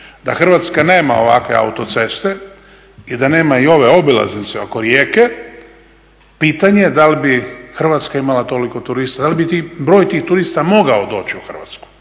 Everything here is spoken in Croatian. da Hrvatska nema ovakve autoceste i da nema i ove obilaznice oko Rijeke pitanje je da li bi Hrvatska imala toliko turista, da li bi broj tih turista mogao doći u Hrvatsku.